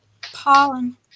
Pollen